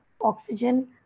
oxygen